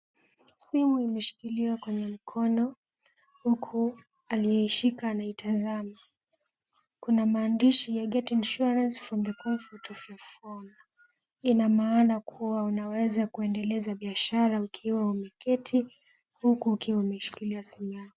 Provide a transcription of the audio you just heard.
Simu imeshikiliwa kwenye mkono huku aliyeishika anaitazama. Kuna maandishi ya, Get Insurance from the comfort of your phone .Ina maana kuwa unaweza kuendeleza biashara ukiwa umeketi huku ukiwa umeshikilia simu yako.